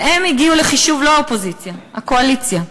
והם הגיעו בחישוב, לא האופוזיציה, הקואליציה,